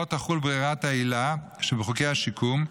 לא תחול ברירת העילה שבחוקי השיקום,